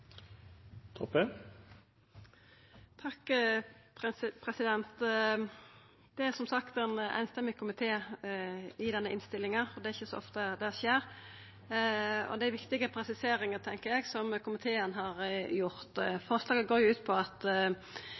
sagt ein samrøystes komité bak denne innstillinga, og det er ikkje så ofte det skjer. Det er viktige presiseringar, tenkjer eg, som komiteen har gjort. Forslaget går ut på at